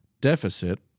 deficit